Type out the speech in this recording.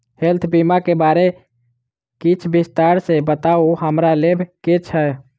Health बीमा केँ बारे किछ विस्तार सऽ बताउ हमरा लेबऽ केँ छयः?